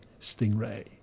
Stingray